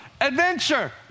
adventure